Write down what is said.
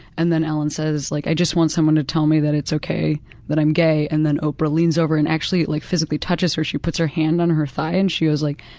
and then ellen says like, i just want someone to tell me that it's okay that i'm gay and then oprah leans over and actually like physically touches her, she puts her hand on her thigh, and she was like,